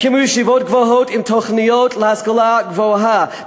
תקימו ישיבות גבוהות עם תוכניות להשכלה גבוהה,